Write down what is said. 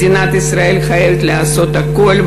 מדינת ישראל חייבת לעשות הכול,